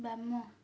ବାମ